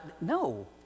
No